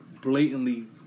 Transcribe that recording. Blatantly